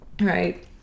right